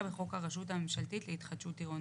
בחוק הרשות הממשלתית להתחדשות עירונית.